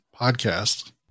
podcast